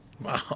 Wow